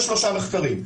33 מחקרים.